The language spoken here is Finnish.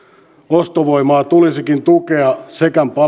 ostovoimaa tulisikin tukea sekä